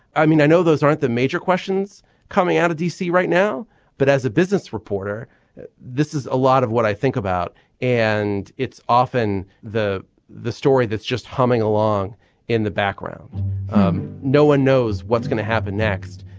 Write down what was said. i mean i know those aren't the major questions coming out of d c. right now but as a business reporter this is a lot of what i think about and it's often the the story that's just humming along in the background no one knows what's going to happen next.